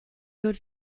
good